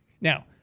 Now